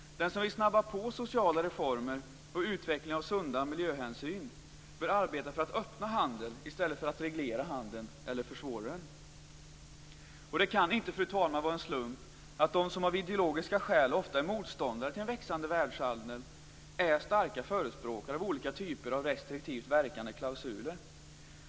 Den som vill snabba på sociala reformer och utvecklingen av sunda miljöhänsyn bör arbeta för att öppna handeln i stället för att reglera handeln eller försvåra den. Det kan inte, fru talman, vara en slump att de som av ideologiska skäl ofta är motståndare till en växande världshandel är starka förespråkare för olika typer av restriktivt verkande klausuler.